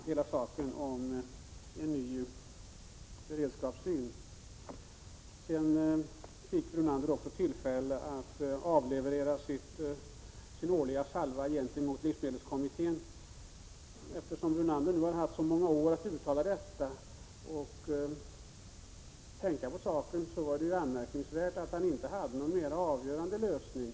Sedan fick Lennart Brunander också tillfälle att avleverera sin årliga salva mot livsmedelskommittén. Eftersom Lennart Brunander nu har haft så många år på sig för att tänka på detta var det anmärkningsvärt att han inte hade någon mer avgörande lösning.